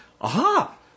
Aha